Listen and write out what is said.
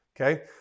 Okay